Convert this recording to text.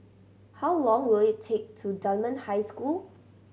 how long will it take to Dunman High School